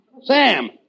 Sam